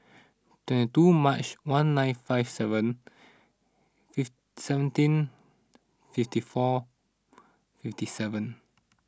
twenty two March one nine five seven feet seventeen fifty four fifty seven